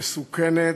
מסוכנת,